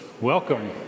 Welcome